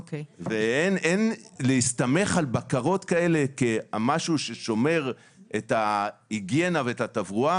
אין להסתמך על בקרות כאלה כעל משהו ששומר את ההיגיינה ואת התברואה.